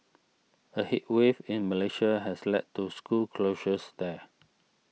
a heat wave in Malaysia has led to school closures there